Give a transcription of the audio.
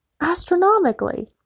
astronomically